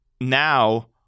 now